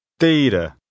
Teira